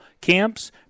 camps